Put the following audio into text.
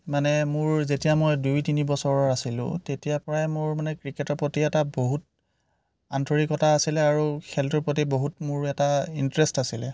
মানে মোৰ যেতিয়া মই দুই তিনি বছৰৰ আছিলোঁ তেতিয়াৰ পৰাই মোৰ মানে ক্ৰিকেটৰ প্ৰতি এটা বহুত আন্তৰিকতা আছিলে আৰু খেলটোৰ প্ৰতি বহুত মোৰ এটা ইন্টাৰেষ্ট আছিলে